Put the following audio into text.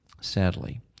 sadly